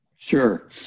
Sure